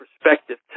perspective